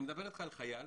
אני מדבר אתך על חייל